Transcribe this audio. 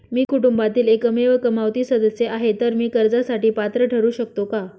मी कुटुंबातील एकमेव कमावती सदस्य आहे, तर मी कर्जासाठी पात्र ठरु शकतो का?